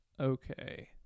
Okay